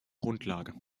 grundlage